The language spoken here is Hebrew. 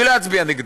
אני לא אצביע נגדו,